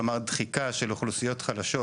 כלומר דחיקה של אוכלוסיות חלשות